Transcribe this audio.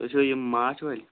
تُہۍ چھُوا یِم ماچھ وٲلۍ